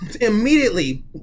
immediately